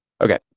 Okay